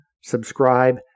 subscribe